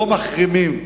לא מחרימים,